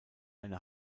eine